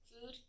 food